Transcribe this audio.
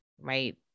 right